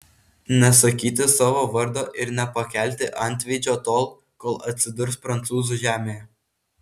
nesakyti savo vardo ir nepakelti antveidžio tol kol atsidurs prancūzų žemėje